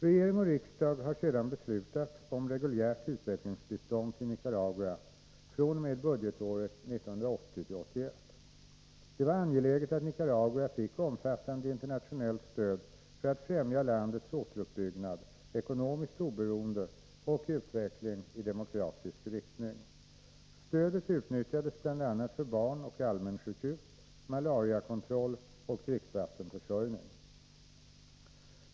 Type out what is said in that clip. Regering och riksdag har sedan beslutat om reguljärt utvecklingsbistånd till Nicaragua fr.o.m. budgetåret 1980/81. Det var angeläget att Nicaragua fick omfattande internationellt stöd för att främja landets återuppbyggnad, ekonomiskt oberoende och utveckling i demokratisk riktning. Stödet utnyttjades bl.a. för barnoch allmänsjukhus, malariakontroll och dricksvattenförsörjning.